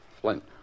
Flint